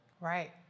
Right